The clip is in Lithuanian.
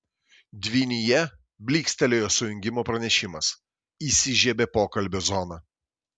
dvynyje blykstelėjo sujungimo pranešimas įsižiebė pokalbio zona